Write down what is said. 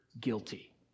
guilty